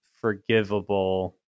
forgivable